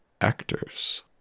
Actors